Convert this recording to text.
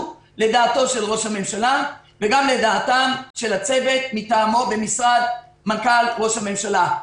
לדעתו של ראש הממשלה וגם לדעת הצוות מטעמו במשרד ראש הממשלה.